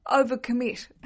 Overcommit